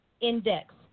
index